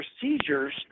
procedures